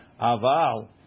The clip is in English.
aval